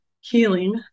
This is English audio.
healing